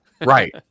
Right